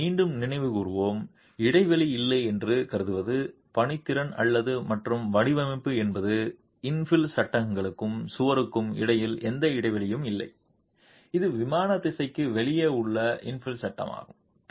எனவே மீண்டும் நினைவு கூர்வோம் இடைவெளி இல்லை என்று கருதுவது பணித்திறன் அல்லது மற்றும் வடிவமைப்பு என்பது இன்ஃபில் சட்டங்களுக்கும் சுவருக்கும் இடையில் எந்த இடைவெளியும் இல்லை இது விமான திசைக்கு வெளியே உள்ள இன்ஃபில் சட்டமாகும்